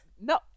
No